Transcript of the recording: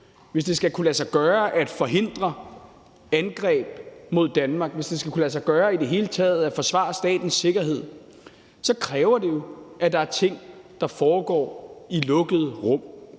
hvis det skal kunne lade sig gøre at forhindre angreb mod Danmark, og hvis det skal kunne lade sig gøre i det hele taget at forsvare statens sikkerhed, så kræver det jo, at der er ting, der foregår i lukkede rum.